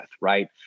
Right